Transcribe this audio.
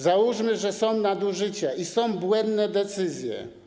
Załóżmy, że są nadużycia i są błędne decyzje.